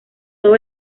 todo